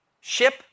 Ship